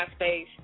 MySpace